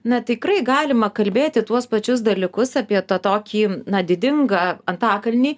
na tikrai galima kalbėti tuos pačius dalykus apie tą tokį didingą antakalnį